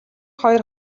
хоёр